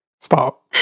Stop